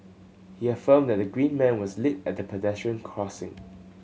he have affirmed that the green man was lit at the pedestrian crossing